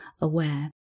aware